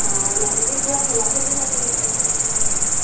অঁ লাইন গাড়ীত পুৰা ঠেলা ঠেলি হৈ চাগে